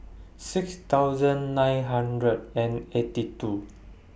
six thousand nine hundred and eighty two